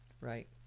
right